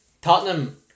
Tottenham